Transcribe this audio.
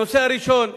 הנושא הראשון,